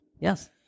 Yes